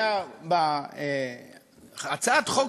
הצעת חוק